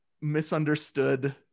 misunderstood